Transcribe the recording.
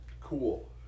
cool